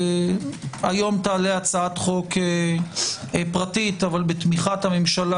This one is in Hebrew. היום תעלה הצעת חוק פרטית אך בתמיכת הממשלה